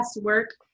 work